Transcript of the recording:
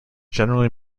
generally